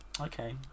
Okay